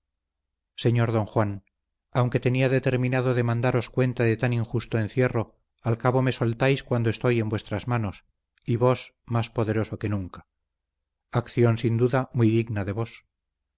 señor don juan aunque tenía determinado demandaros cuenta de tan injusto encierro al cabo me soltáis cuando estoy en vuestras manos y vos más poderoso que nunca acción sin duda muy digna de vos